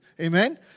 Amen